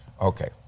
Okay